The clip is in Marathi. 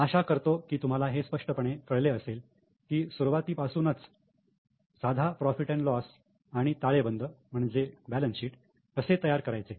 आशा करतो की तुम्हाला हे स्पष्टपणे कळले असेल की सुरुवातीपासून साध profit and loss profit loss आणि ताळेबंद कसे तयार करायचे